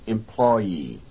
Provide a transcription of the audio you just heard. Employee